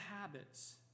habits